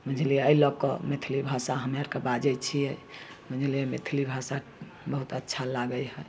बुझलिए एहि लऽ कऽ मैथिली भाषा हमे आओरके बाजै छिए बुझलिए मैथिली भाषा बहुत अच्छा लागै हइ